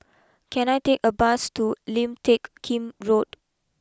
can I take a bus to Lim Teck Kim Road